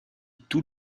tout